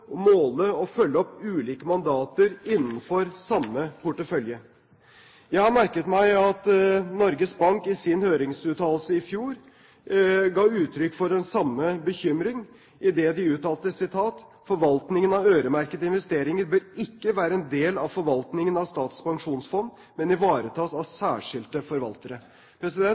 å følge opp ulike mandater innenfor samme portefølje. Jeg har merket meg at Norges Bank i sin høringsuttalelse i fjor ga uttrykk for den samme bekymring, idet de uttalte: «Forvaltningen av øremerkede investeringer bør ikke være en del av forvaltningen av Statens pensjonsfond, men ivaretas av særskilte forvaltere.»